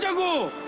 so go